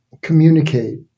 communicate